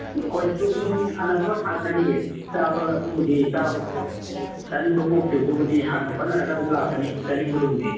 ꯍꯣꯏꯗ ꯑꯗꯨꯕꯨꯗꯤ ꯑꯗꯨꯝ ꯁꯥꯟꯅꯈ꯭ꯔꯒ ꯐꯔꯛꯀꯅꯤꯑꯦ ꯆꯥꯕ ꯑꯗꯨꯕꯨꯗꯤ ꯆꯥꯕꯗꯣ ꯆꯥꯅꯤꯡꯕ ꯄꯣꯛꯇ꯭ꯔꯤꯕꯗꯨꯕꯨꯗꯤ ꯁꯥꯟꯅ ꯈꯣꯠꯅꯔꯒ ꯑꯗꯨꯝ ꯂꯥꯛꯀꯅꯤ ꯆꯥꯅꯤꯡꯕꯗꯨꯕꯨꯗꯤ